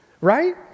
right